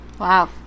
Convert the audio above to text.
Wow